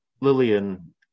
Lillian